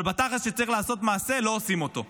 אבל בתכל'ס כשצריך לעשות מעשה לא עושים אותו.